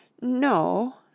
No